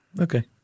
Okay